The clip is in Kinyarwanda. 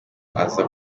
aza